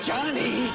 Johnny